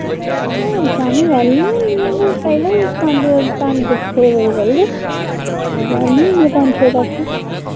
हून शाम्मी बैह्ली होन्नी आं में चलो तुस पंज पंज छे बजे चलगे बैह्ली ही ऐं पंज छे तक